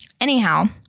Anyhow